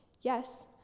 Yes